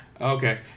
Okay